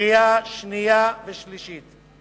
לקריאה שנייה ולקריאה שלישית.